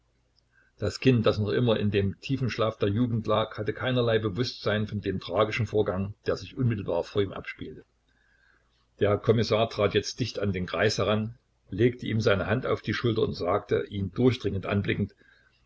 das kind das noch immer in dem tiefen schlaf der jugend lag hatte keinerlei bewußtsein von dem tragischen vorgang der sich unmittelbar vor ihm abspielte der kommissar trat jetzt dicht an den greis heran legte ihm seine hand auf die schulter und sagte ihn durchdringend anblickend